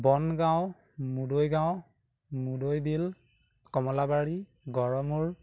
Bongaon Mudoigaon Mudoibil Kamalabari Garmur